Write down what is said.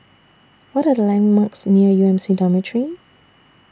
What Are The landmarks near U M C Dormitory